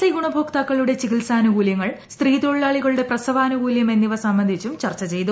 I ഗുണഭോക്താക്കളുടെ ചികിത്സാനുകൂല്യങ്ങൾ സ്ത്രീ തൊഴിലാളികളുടെ പ്രസവാനുകൂല്യം എന്നിവ സംബന്ധിച്ചും ചർച്ച ചെയ്തു